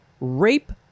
Rape